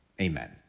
amen